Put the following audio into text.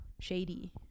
shady